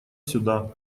сюда